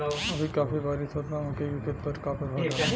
अभी काफी बरिस होत बा मकई के खेत पर का प्रभाव डालि?